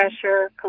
pressure